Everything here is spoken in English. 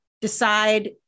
decide